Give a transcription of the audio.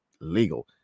legal